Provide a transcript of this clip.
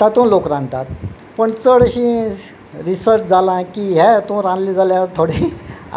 तातूं लोक रांदतात पूण चडशी रिसर्च जाला की ह्या हितू रांदलें जाल्या थोडें